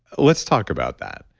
let's talk about that.